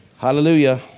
Hallelujah